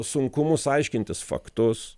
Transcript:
sunkumus aiškintis faktus